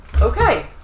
Okay